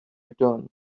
return